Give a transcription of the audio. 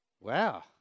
Wow